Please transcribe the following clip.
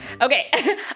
Okay